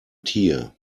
tier